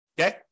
Okay